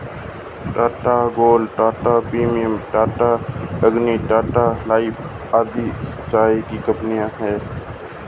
Tata tea gold, Tata tea premium, Tata tea Agni, Tata tea life आदि चाय कंपनियां है